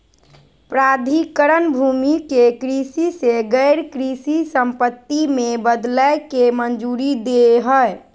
प्राधिकरण भूमि के कृषि से गैर कृषि संपत्ति में बदलय के मंजूरी दे हइ